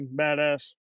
badass